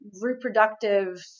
reproductive